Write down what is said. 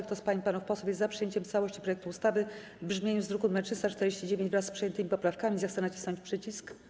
Kto z pań i panów posłów jest za przyjęciem w całości projektu ustawy w brzmieniu z druku nr 349, wraz z przyjętymi poprawkami, zechce nacisnąć przycisk.